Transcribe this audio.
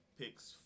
picks